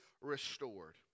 restored